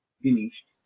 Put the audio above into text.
finished